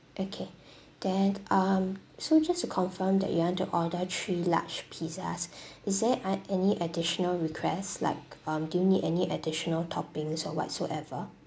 okay then um so just to confirm that you want to order three large pizzas is there a~ any additional requests like um do you need any additional toppings or whatsoever